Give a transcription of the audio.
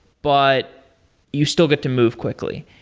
but you still get to move quickly.